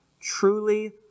truly